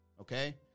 Okay